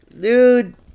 dude